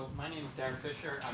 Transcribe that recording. my name is darren fischer.